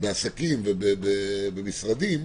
בעסקים ובמשרדים,